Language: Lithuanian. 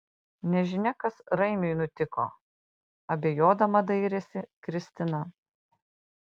nežinia kas raimiui nutiko abejodama dairėsi kristina